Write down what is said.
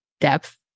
depth